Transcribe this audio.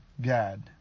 God